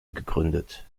gegründet